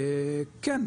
כן,